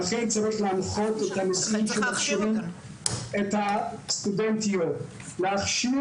לכן צריך להנחות את הנשיאים שמכשירים את הסטודנטיות להכשיר